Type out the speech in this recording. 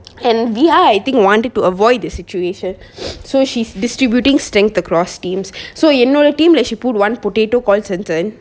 and viha wanted to avoid the situation so she's distributing strength across teams so you know the team that she put one potato call seng seng